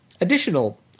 Additional